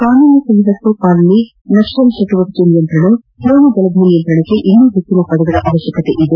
ಕಾನೂನು ಸುವ್ಣವಸ್ಟೆ ಪಾಲನೆ ನಕ್ಸಲ್ ಚಟುವಟಕೆ ನಿಯಂತ್ರಣ ಕೋಮು ಗಲಭೆಗಳ ನಿಯಂತ್ರಣಕ್ಕೆ ಇನ್ನೂ ಹೆಚ್ಚಿನ ಪಡೆಗಳ ಅವಕ್ಕಕತೆ ಇದೆ